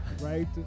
right